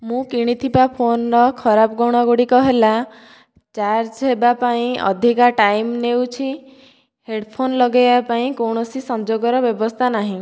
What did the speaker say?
ମୁଁ କିଣିଥିବା ଫୋନର ଖରାପ ଗୁଣ ଗୁଡ଼ିକ ହେଲା ଚାର୍ଜ ହେବାପାଇଁ ଅଧିକା ଟାଇମ ନେଉଛି ହେଡଫୋନ ଲଗେଇବା ପାଇଁ କୌଣସି ସଂଯୋଗର ବ୍ୟବସ୍ଥା ନାହିଁ